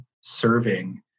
serving